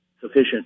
sufficient